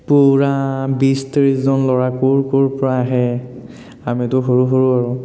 পুৰা বিছ ত্ৰিছজন ল'ৰা ক'ৰ ক'ৰ পৰা আহে আমিতো সৰু সৰু আৰু